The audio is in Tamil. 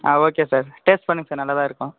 ஆ ஓகே சார் டேஸ்ட் பண்ணுங்கள் சார் நல்லாதான் இருக்கும்